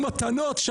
מאשר נתניהו...